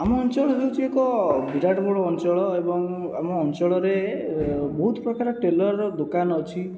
ଆମ ଅଞ୍ଚଳ ହେଉଛି ଏକ ବିରାଟ ବଡ଼ ଅଞ୍ଚଳ ଏବଂ ଆମ ଅଞ୍ଚଳରେ ବହୁତ ପ୍ରକାରର ଟେଲର୍ର ଦୋକାନ ଅଛି